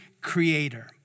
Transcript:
creator